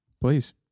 Please